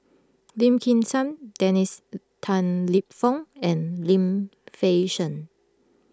Lim Kim San Dennis Tan Lip Fong and Lim Fei Shen